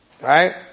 Right